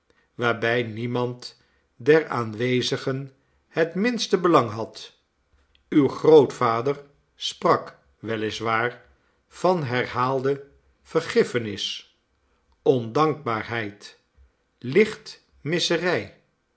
waarbij niemand der aanwezigen het minste belang had uw grootvader sprak wel is waar van herhaalde vergiffenis ondankbaarheid